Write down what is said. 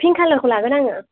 फिं खालारखौ लागोन आङो